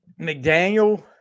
McDaniel